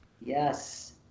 Yes